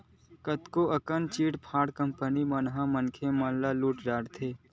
कतको अकन chit fund company मन ह मनखे मन ल लुट डरे हवय